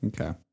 okay